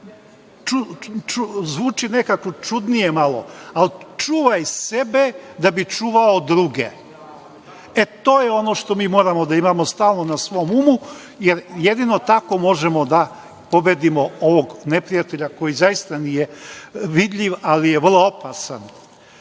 zvuči nekako čudno malo, ali čuvaj sebe, da bi čuvao druge. To je ono što mi moramo stalno da imamo na svom umu, jer jedino tako možemo da pobedimo ovog neprijatelja, koji nije vidljiv, ali je vrlo